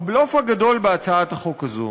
הבלוף הגדול בהצעת החוק הזאת